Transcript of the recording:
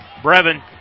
Brevin